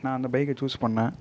நான் அந்த பைக்கை சூஸ் பண்ணேன்